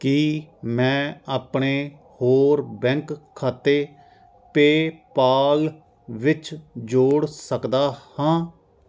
ਕੀ ਮੈਂ ਆਪਣੇ ਹੋਰ ਬੈਂਕ ਖਾਤੇ ਪੇਪਾਲ ਵਿੱਚ ਜੋੜ ਸਕਦਾ ਹਾਂ